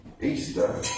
Easter